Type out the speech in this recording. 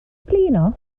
blino